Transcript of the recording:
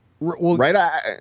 Right